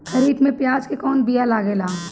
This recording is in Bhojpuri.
खरीफ में प्याज के कौन बीया लागेला?